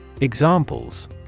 Examples